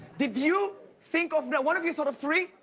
did you think of, one of you thought of three,